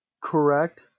correct